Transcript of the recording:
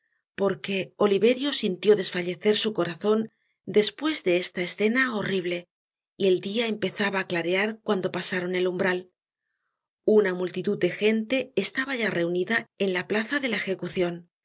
porque oliverio sintió desfallecer su corazon despues de esta escena horrible y el dia empezaba á clarear cuando pasaron elumbral una multitud de gente estaba ya reunida en la plaza de la ejecucion